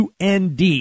UND